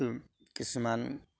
কিছুমান